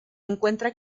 encuentra